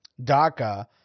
DACA